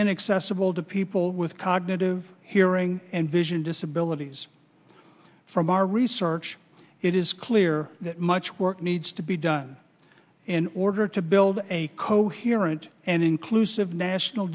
inaccessible to people with cognitive hearing and vision disability from our research it is clear that much work needs to be done in order to build a coherent and inclusive national